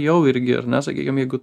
jau irgi ar ne sakykim jeigu